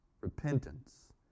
repentance